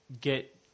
get